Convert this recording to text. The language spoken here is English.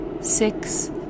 six